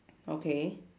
okay